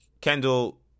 Kendall